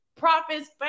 Prophets